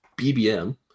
BBM